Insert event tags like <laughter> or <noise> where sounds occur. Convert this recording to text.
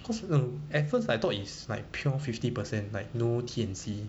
cause <noise> at first I thought is like pure fifty percent like no T_N_C